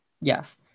Yes